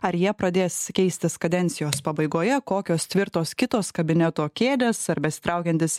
ar jie pradės keistis kadencijos pabaigoje kokios tvirtos kitos kabineto kėdės ar besitraukiantys